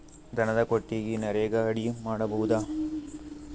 ದನದ ಕೊಟ್ಟಿಗಿ ನರೆಗಾ ಅಡಿ ಮಾಡಬಹುದಾ?